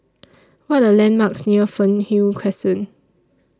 What Are The landmarks near Fernhill Crescent